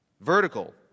Vertical